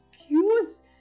excuse